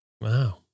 Wow